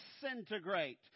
disintegrate